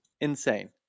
insane